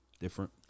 different